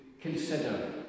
consider